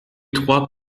trois